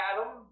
Adam